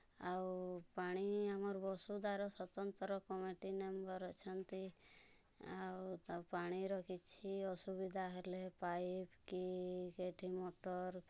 ଆଉ ପାଣି ଆମର ବସୁଧାର ସ୍ୱତନ୍ତ୍ର କମିଟି ମେମ୍ୱର୍ ଅଛନ୍ତି ଆଉ ତାକୁ ପାଣିର କିଛି ଅସୁବିଧା ହେଲେ ପାଇପ୍ କି ସେଇଠି ମୋଟର୍